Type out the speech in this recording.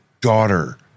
daughter